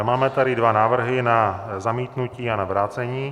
Máme tady dva návrhy na zamítnutí a na vrácení.